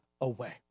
away